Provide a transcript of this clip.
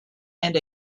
and